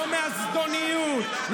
לא מהזדוניות,